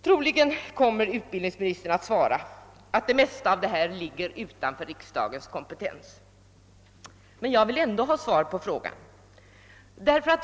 Troligen kommer utbildningsministern att svara att det mesta av det jag tagit upp ligger utanför riksdagens kompetens. Jag vill emellertid ändå ha svar på min fråga.